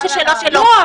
מה ששלו שלו,